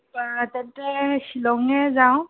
তেন্তে শ্বিলঙেই যাওঁ